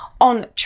on